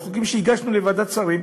והחוקים שהגשנו לוועדת שרים,